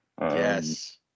Yes